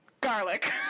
garlic